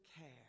care